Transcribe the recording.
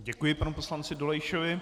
Děkuji panu poslanci Dolejšovi.